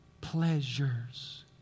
pleasures